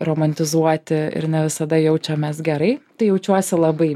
romantizuoti ir ne visada jaučiamės gerai tai jaučiuosi labai